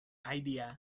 idea